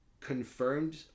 Confirmed